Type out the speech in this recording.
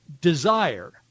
desire